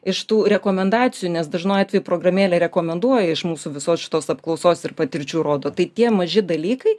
iš tų rekomendacijų nes dažnu atveju programėlė rekomenduoja iš mūsų visos šitos apklausos ir patirčių rodo tai tie maži dalykai